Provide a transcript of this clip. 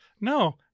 no